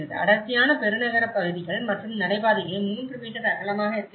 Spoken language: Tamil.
அடர்த்தியான பெருநகரப் பகுதிகள் மற்றும் நடைபாதைகள் 3 மீட்டர் அகலமாக இருக்க வேண்டும்